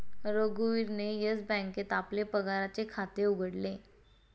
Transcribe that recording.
रघुवीरने येस बँकेत आपले पगाराचे खाते उघडले